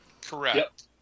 Correct